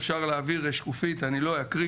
הייתי אומר